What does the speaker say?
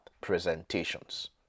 presentations